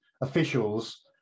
officials